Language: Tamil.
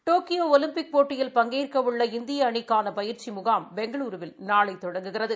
டோக்கியோ ஒலிம்பிக் போட்டியில் பங்கேற்க உள்ள இந்திய அணிக்கான பயிற்சி முகாம் பெங்களூருவில் நாளை தெடங்குகிறது